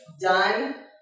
done